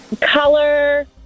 Color